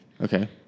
Okay